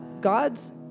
God's